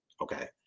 okay